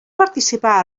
participà